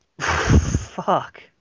Fuck